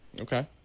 Okay